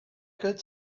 could